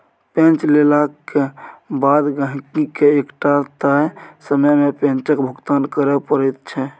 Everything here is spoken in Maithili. पैंच लेलाक बाद गहिंकीकेँ एकटा तय समय मे पैंचक भुगतान करय पड़ैत छै